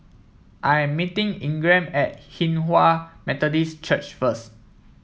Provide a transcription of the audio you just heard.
I'm meeting Ingram at Hinghwa Methodist Church first